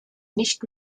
nicht